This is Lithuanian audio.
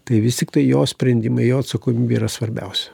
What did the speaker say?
tai vis tiktai jo sprendimai jo atsakomybė yra svarbiausia